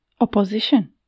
Opposition